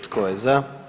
Tko je za?